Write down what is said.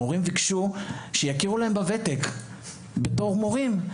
המורים ביקשו שיכירו להם בוותק בתור מורים,